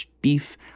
beef